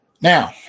Now